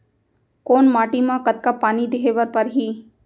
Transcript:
कोन माटी म कतका पानी देहे बर परहि?